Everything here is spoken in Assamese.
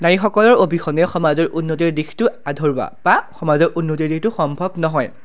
নাৰীসকলৰ অবিহনে সমাজৰ উন্নতিৰ দিশটো আধৰুৱা বা সমাজৰ উন্নতিৰ দিশটো সম্ভৱ নহয়